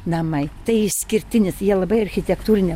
namai tai išskirtinis jie labai architektūrine